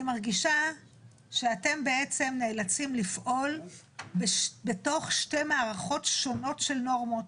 מרגישה שאתם בעצם נאלצים לפעול בתוך שתי מערכות שונות של נורמות.